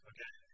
Okay